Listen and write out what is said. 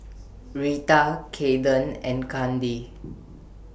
Reta Kaeden and Kandi